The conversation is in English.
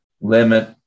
limit